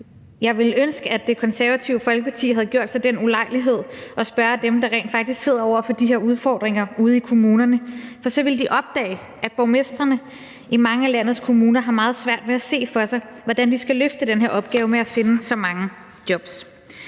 Jeg ville ønske, at Det Konservative Folkeparti havde gjort sig den ulejlighed at spørge dem, der rent faktisk sidder over for de her udfordringer ude i kommunerne, for så ville de opdage, at borgmestrene i mange af landets kommuner har meget svært ved at se for sig, hvordan de skal løfte den her opgave med at finde så mange job.